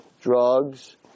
drugs